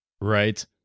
Right